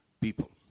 people